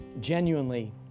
genuinely